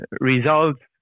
results